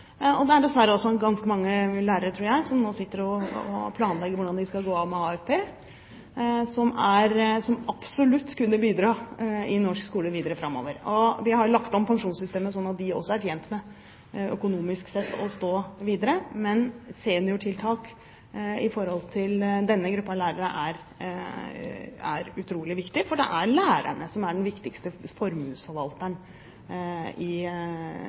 dessverre ganske mange lærere, tror jeg, som nå sitter og planlegger når de skal gå av med AFP, som absolutt kunne ha bidratt i norsk skole framover. Vi har lagt om pensjonssystemet slik at de også økonomisk sett er tjent med å stå i jobb videre. Seniortiltak i tilknytning til denne gruppen lærere er utrolig viktig, for det er lærerne som egentlig er den viktigste formuesforvalteren i